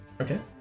Okay